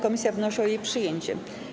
Komisja wnosi o jej przyjęcie.